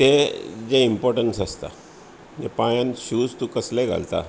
ते जें इम्पॉटन्स आसता पांयांत शूज तूं कसले घालता